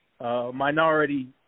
Minority